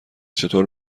چطور